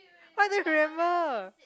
I don't remember